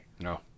No